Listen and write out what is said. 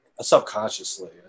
subconsciously